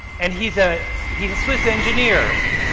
and he's ah he's a swiss engineer,